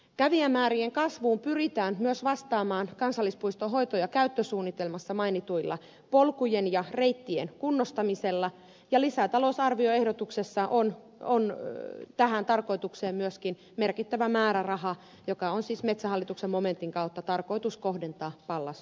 kävijämäärien kasvuun pyritään myös vastaamaan kansallispuiston hoito ja käyttösuunnitelmassa mainituilla polkujen ja reittien kunnostamisella ja lisätalousarvioehdotuksessa on tähän tarkoitukseen myöskin merkittävä määräraha joka on siis metsähallituksen momentin kautta tarkoitus kohdentaa pallas yllästunturille